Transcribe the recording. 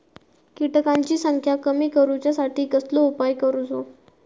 किटकांची संख्या कमी करुच्यासाठी कसलो उपाय करूचो?